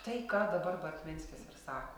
tai ką dabar bartminskis ir sako